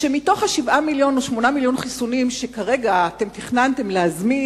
שמתוך 7 מיליון או 8 מיליון חיסונים שכרגע תכננתם להזמין,